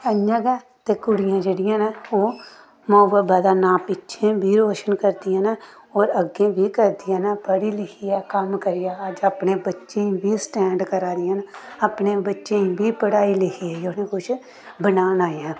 इ'यां गै ते कुड़ियां जेह्ड़ियां ने ओह् माऊ बब्बै दा नांऽ पिच्छें बी रोशन करदियां न होर अग्गें बी करदियां न पढ़ी लिखियै कम्म करियै अज्ज अपने बच्चें गी बी स्टैंड करा दियां न अपने बच्चें गी बी पढ़ाई लिखियै उ'नें कुछ बनाना ऐ